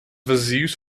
vazios